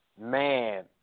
Man